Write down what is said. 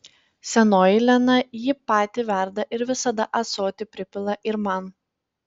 senoji lena jį pati verda ir visada ąsotį pripila ir man